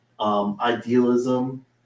Idealism